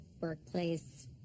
workplace